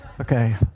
Okay